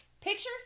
pictures